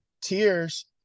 tears